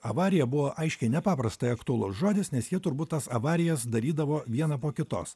avarija buvo aiškiai nepaprastai aktualus žodis nes jie turbūt tas avarijas darydavo vieną po kitos